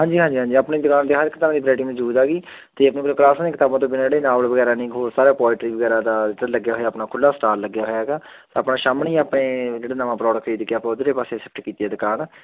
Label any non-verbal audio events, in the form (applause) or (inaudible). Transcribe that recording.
ਹਾਂਜੀ ਹਾਂਜੀ ਹਾਂਜੀ ਆਪਣੀ ਦੁਕਾਨ 'ਤੇ ਹਰ ਕਿਤਾਬ ਦੀ ਵਰਾਇਟੀ ਮੌਜੂਦ ਹੈਗੀ ਅਤੇ ਆਪਣੇ ਕੋਲ (unintelligible) ਕਿਤਾਬਾਂ ਤੋਂ ਬਿਨਾ ਜਿਹੜੇ ਨਾਵਲ ਵਗੈਰਾ ਨੇ ਹੋਰ ਸਾਰਾ ਪੋਇਟਰੀ ਵਗੈਰਾ ਦਾ ਚਲ ਲੱਗਿਆ ਹੋਇਆ ਆਪਣਾ ਖੁੱਲ੍ਹਾ ਸਟਾਲ ਲੱਗਾ ਹੋਇਆ ਹੈਗਾ ਆਪਾਂ ਸਾਹਮਣੇ ਹੀ ਆਪਣੇ ਜਿਹੜਾ ਨਵਾਂ ਪਲੋਟ ਖਰੀਦ ਕੇ ਆਪਾਂ ਉੱਧਰਲੇ ਪਾਸੇ ਸ਼ਿਫਟ ਕੀਤੀ ਹੈ ਦੁਕਾਨ